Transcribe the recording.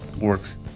works